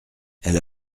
elle